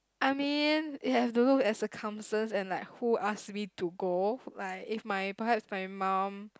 I mean you have to look at circumstances and like who ask me to go like if my perhaps like my mum